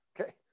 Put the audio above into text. okay